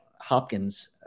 Hopkins